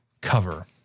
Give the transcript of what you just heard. cover